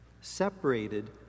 separated